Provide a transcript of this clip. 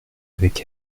avec